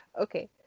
Okay